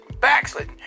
backslid